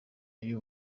y’u